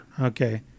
Okay